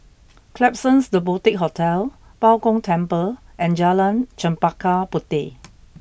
Klapsons The Boutique Hotel Bao Gong Temple and Jalan Chempaka Puteh